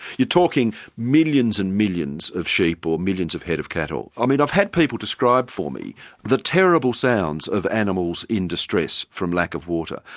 you're talking millions and millions of sheep or millions of head of cattle. ah i've had people describe for me the terrible sounds of animals in distress from lack of water,